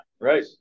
Right